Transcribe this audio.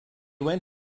went